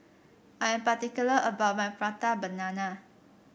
I am particular about my Prata Banana